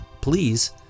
please